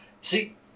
See